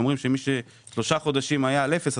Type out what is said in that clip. אומרים שמי ששלושה חודשים היה על אפס,